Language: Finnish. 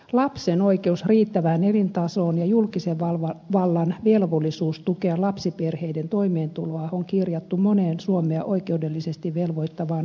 lapsen oikeus riittävään elintasoon ja julkisen vallan velvollisuus tukea lapsiperheiden toimeentuloa on kirjattu moneen suomea oikeudellisesti velvoittavaan ihmisoikeussopimukseen